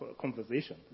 conversation